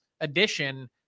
addition